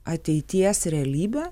ateities realybė